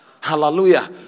Hallelujah